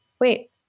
wait